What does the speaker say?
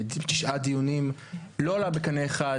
שלישי, כ"ה באייר התשפ"ג.